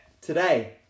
today